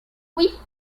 oui